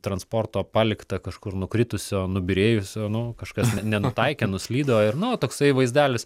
transporto palikta kažkur nukritusio nubyrėjusio nu kažkas nenutaikė nuslydo ir nu toksai vaizdelis